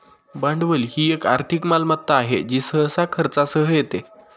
भांडवल ही एक आर्थिक मालमत्ता आहे जी सहसा खर्चासह येते